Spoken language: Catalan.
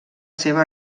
seva